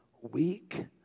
weak